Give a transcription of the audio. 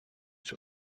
sur